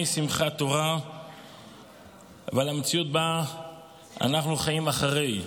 שמחת תורה ועל המציאות שבה אנחנו חיים אחרי.